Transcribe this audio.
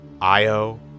Io